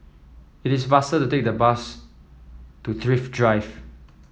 it is faster to take the bus to Thrift Drive